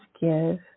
give